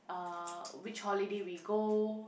uh which holiday we go